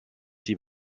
die